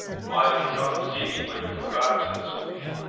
mind you come and see me when you come back, said sophie.